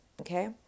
okay